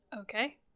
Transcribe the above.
Okay